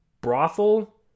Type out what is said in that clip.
brothel